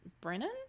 Brennan